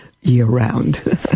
year-round